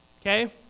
Okay